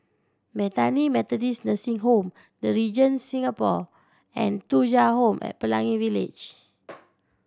Bethany Methodist Nursing Home The Regent Singapore and Thuja Home at Pelangi Village